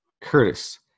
Curtis